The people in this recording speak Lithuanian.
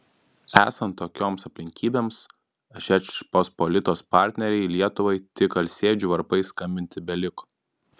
esant tokioms aplinkybėms žečpospolitos partnerei lietuvai tik alsėdžių varpais skambinti beliko